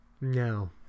no